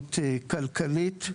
כדאיות כלכלית.